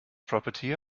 property